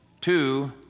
two